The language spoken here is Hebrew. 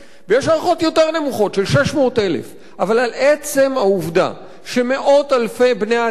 ויש הערכות יותר נמוכות של 600,000. אבל עצם העובדה שמאות אלפי בני-אדם,